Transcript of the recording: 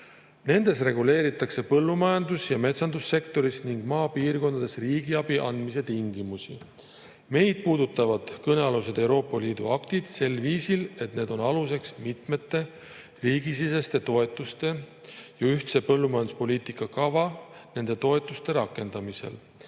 anda. Reguleeritakse põllumajandus- ja metsandussektoris ning maapiirkondades riigiabi andmise tingimusi. Meid puudutavad kõnealused Euroopa Liidu aktid sel viisil, et need on aluseks mitmete riigisiseste toetuste ja [ühise] põllumajanduspoliitika kava toetuste rakendamisel,